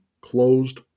closed